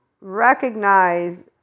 recognize